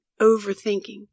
overthinking